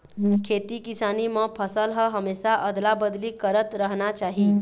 खेती किसानी म फसल ल हमेशा अदला बदली करत रहना चाही